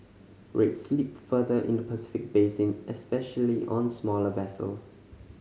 rates slipped further in the Pacific basin especially on smaller vessels